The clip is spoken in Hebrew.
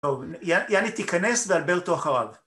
טוב, יאני תיכנס ואלברטו אחריו